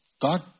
God